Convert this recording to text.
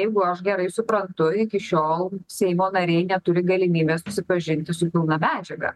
jeigu aš gerai suprantu iki šiol seimo nariai neturi galimybės susipažinti su pilna medžiaga